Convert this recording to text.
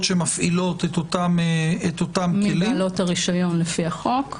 שמפעילות את אותם כלים --- מבעלות הרישיון לפי החוק.